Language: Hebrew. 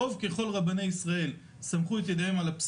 בסך הכול זה להזיז פסיק, ברגע שמזיזים פסיק